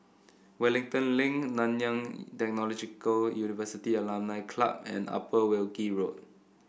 Wellington Link Nanyang Technological University Alumni Club and Upper Wilkie Road